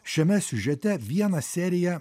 šiame siužete vieną seriją